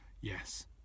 yes